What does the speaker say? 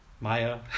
Maya